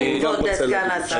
כן, כבוד סגן השר.